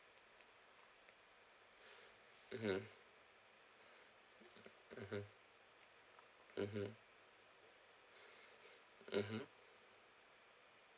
mmhmm mmhmm mmhmm mmhmm